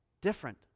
different